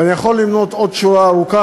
ואני יכול למנות עוד שורה ארוכה,